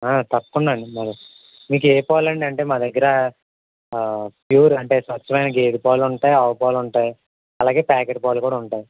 తప్పకుండా అండి మరి మీకు ఏ పాలు అండి అంటే మా దగ్గర ప్యూర్ అంటే స్వచ్ఛమైన గేదె పాలు ఉంటాయి ఆవు పాలు ఉంటాయి అలాగే ప్యాకెట్ పాలు కూడా ఉంటాయి